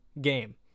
game